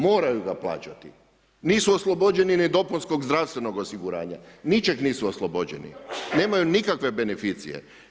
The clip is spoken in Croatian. Moraju ga plaćati, nisu oslobođeni ni dopunskog zdravstvenog osiguranja, ničeg nisu oslobođeni, nemaju nikakve beneficije.